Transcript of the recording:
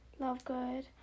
lovegood